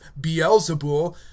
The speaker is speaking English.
beelzebul